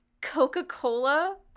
Coca-Cola